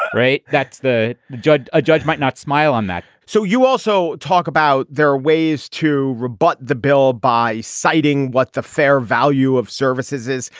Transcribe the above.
right. that's the judge. a judge might not smile on that so you also talk about there are ways to rebut the bill by citing what the fair value of services is.